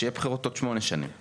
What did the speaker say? שיהיה בחירות עוד 8 שנים.